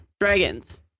dragons